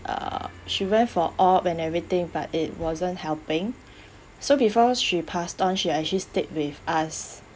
uh she went for op and everything but it wasn't helping so before she passed on she actually stayed with us